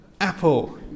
apple